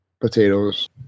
potatoes